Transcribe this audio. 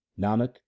nanak